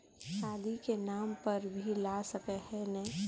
शादी के नाम पर भी ला सके है नय?